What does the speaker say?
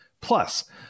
Plus